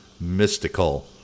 mystical